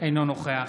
אינו נוכח